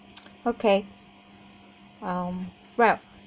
okay um rob